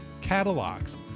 catalogs